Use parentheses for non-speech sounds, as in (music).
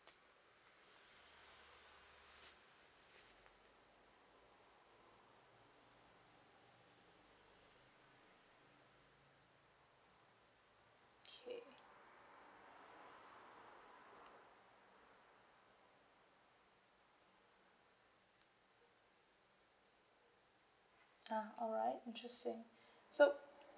okay ah alright interesting (breath) so